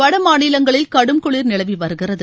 வட மாநிலங்களில் கடும் குளிர் நிலவி வருகிறது